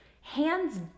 hands